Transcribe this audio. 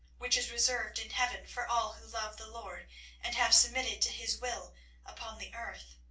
which is reserved in heaven for all who love the lord and have submitted to his will upon the earth.